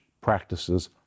practices